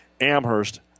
Amherst